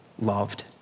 loved